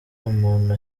umuntu